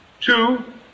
Two